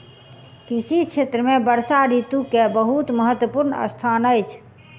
कृषि क्षेत्र में वर्षा ऋतू के बहुत महत्वपूर्ण स्थान अछि